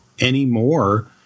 anymore